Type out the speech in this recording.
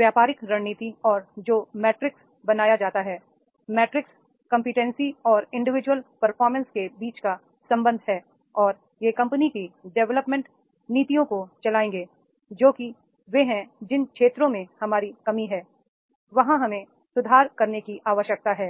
व्यापारिक रणनीति और जो मैट्रिक्स बनाया जाता है मैट्रिक्स कॉम्पिटेसी और इंडिविजुअल परफॉर्मेंस के बीच का संबंध है और वे कंपनी की डेवलपमेंट नीतियों को चलाएंगे जो कि ये हैं जिन क्षेत्रों में हमारी कमी है वहां हमें सुधार करने की आवश्यकता है